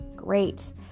Great